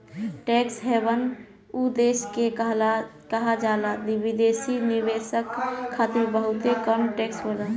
tax haven उ देश के कहाला जहां विदेशी निवेशक खातिर बहुते कम टैक्स होला